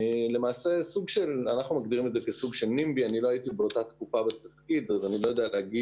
אני לא הייתי באותה תקופה בתפקיד ואני לא יודע לומר